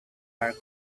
are